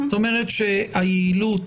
היעילות